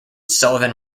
sullivan